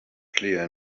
clear